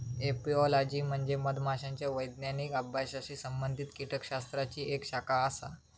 apiology म्हणजे मधमाशांच्या वैज्ञानिक अभ्यासाशी संबंधित कीटकशास्त्राची एक शाखा आसा